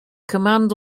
command